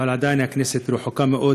אבל עדיין הכנסת רחוקה מאוד,